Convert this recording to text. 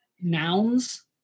nouns